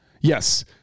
Yes